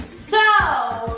so,